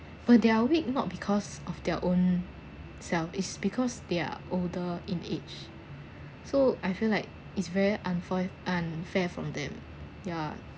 but their weak not because of their own self is because they're older in age so I feel like it's very unfa~ unfair from them ya